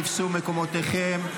תפסו מקומותיכם.